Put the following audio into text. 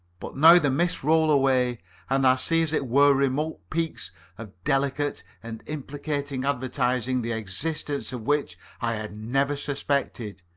but now the mists roll away and i see as it were remote peaks of delicate and implicating advertising the existence of which i had never suspected.